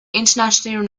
internationally